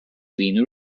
been